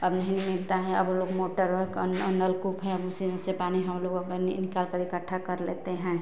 अब नहीं मिलता है अब ओ लोग मोटर है नलकूप हैं अब उसी में से पानी हम लोग अपने निकालकर इकट्ठा कर लेते हैं